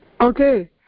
Okay